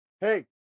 Hey